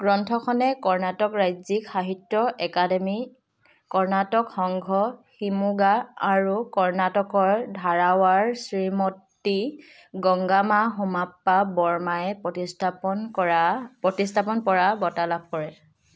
গ্ৰন্থখনে কৰ্ণাটক ৰাজ্যিক সাহিত্য একাডেমী কৰ্ণাটক সংঘ শিমোগা আৰু কৰ্ণাটকৰ ধাৰৱাড়ৰ শ্ৰীমতী গংগামা সোমাপ্পা বৰমাই প্ৰতিষ্ঠাপন কৰা প্ৰতিষ্ঠাপন পৰা বঁটা লাভ কৰে